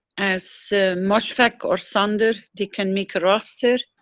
as mosfeq or sandor, they can make a roster.